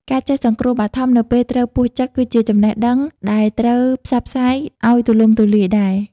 ការចេះសង្គ្រោះបឋមនៅពេលត្រូវពស់ចឹក ក៏ជាចំណេះដឹងដែលត្រូវផ្សព្វផ្សាយឱ្យទូលំទូលាយដែរ។